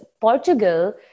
Portugal